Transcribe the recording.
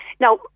Now